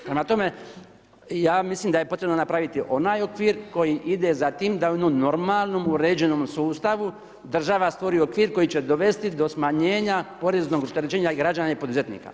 Prema tome, ja mislim da je potrebno napraviti onaj okvir, koji ide za tim, da onom normalnom uređenom sustavu, država stvori okvir, koji će dovesti do smanjenja poreznog opterećenja, građana i poduzetnika.